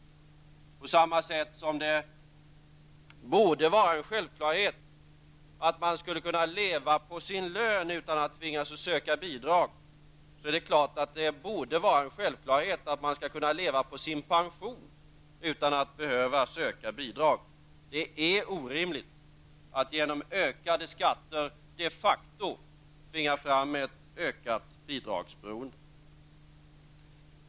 På samma sätt som det borde vara en självklarhet att man skall kunna leva på sin lön utan att tvingas söka bidrag, borde det vara en självklarhet att man skall kunna leva på sin pension utan att behöva söka bidrag. Det är orimligt att genom ökade skatter de facto tvinga fram ett ökat bidragsberoende.